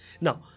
Now